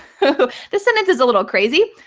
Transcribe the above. so this sentence is a little crazy,